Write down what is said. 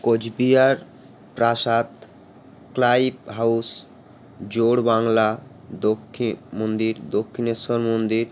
কোচবিহার প্রাসাদ Clive House Jor Bangla দক্ষি মন্দির দক্ষিণেশ্বর মন্দির